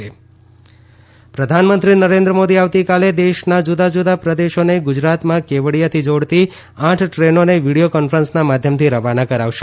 પ્રધાનમંત્રી કેવડીયા પ્રધાનમંત્રી નરેન્દ્ર મોદી આવતીકાલે દેશના જુદા જુદા પ્રદેશોને ગુજરાતમાં કેવડિયાથી જોડતી આઠ ટ્રેનોને વીડિયો કોન્ફરન્સના માધ્યમથી રવાના કરાવશે